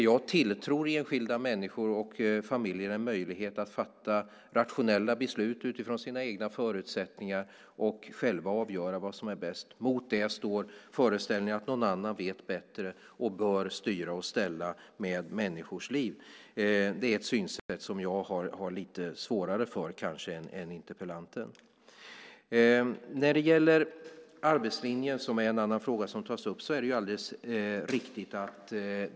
Jag tilltror enskilda människor och familjer en möjlighet att fatta rationella beslut utifrån sina egna förutsättningar och själva avgöra vad som är bäst. Mot det står föreställningen att någon annan vet bättre och bör styra och ställa med människors liv. Det är ett synsätt som jag har lite svårare för än interpellanten. En annan fråga som tas upp är arbetslinjen.